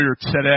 today